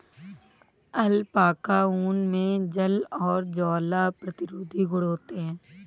alpaca ऊन मे जल और ज्वाला प्रतिरोधी गुण होते है